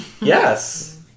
Yes